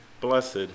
blessed